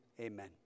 Amen